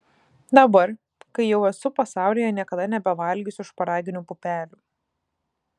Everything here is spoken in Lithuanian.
dabar kai jau esu pasaulyje niekada nebevalgysiu šparaginių pupelių